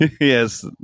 Yes